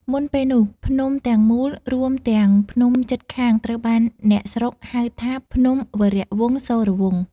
មុនពេលនោះ ភ្នំទាំងមូលរួមទាំងភ្នំជិតខាងត្រូវបានអ្នកស្រុកហៅថា "ភ្នំវរវង្សសូរវង្ស"។